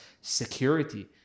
security